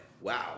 wow